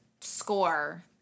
score